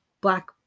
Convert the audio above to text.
black